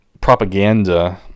propaganda